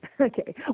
Okay